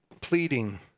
Pleading